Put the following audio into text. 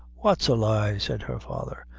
what's a lie? said her father,